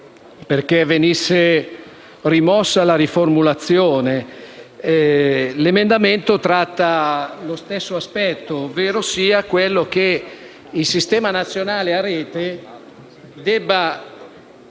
perché venisse rimossa la riformulazione, tuttavia l'emendamento 3.17 tratta lo stesso aspetto, ovvero prevede che il Sistema nazionale a rete debba